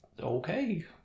Okay